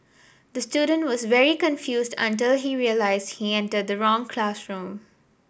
the student was very confused until he realised he entered the wrong classroom